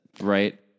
right